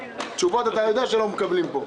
תשובות אתה יודע שלא מקבלים פה.